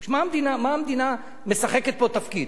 מה, המדינה משחקת פה תפקיד?